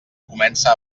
comença